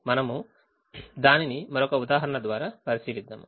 మనము దానిని మరొక ఉదాహరణ ద్వారా పరిశీలిద్దాము